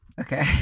okay